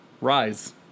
Rise